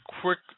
quick